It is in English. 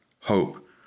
hope